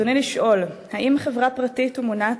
ברצוני לשאול: 1. האם חברה פרטית ומוּנעת